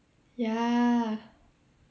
ya